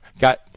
got